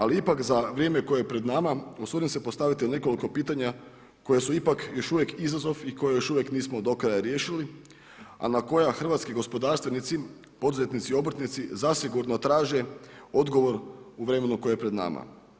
Ali ipak za vrijeme koje je pred nama usudim se postaviti nekoliko pitanja koja su ipak još uvijek izazov i koja još uvijek nismo do kraja riješili, a na koja hrvatski gospodarstvenici, poduzetnici i obrtnici zasigurno traže odgovor u vremenu koje je pred nama.